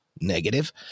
negative